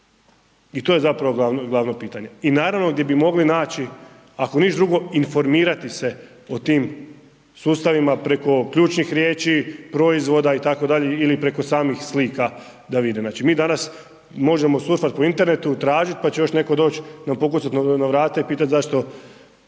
I to je zapravo glavno, glavno pitanje. I naravno gdje bi mogli naći, ako ništa drugo informirati se o tim sustavima preko ključnih riječi, proizvoda itd., ili preko samih slika da vide. Znači mi danas možemo surfat po internetu, tražit pa će još netko doć nam pokucat na vrata i pitat zašto